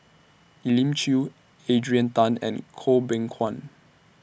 Elim Chew Adrian Tan and Goh Beng Kwan